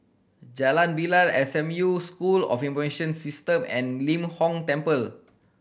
Jalan Bilal S M U School of Information System and Lim Hong Temple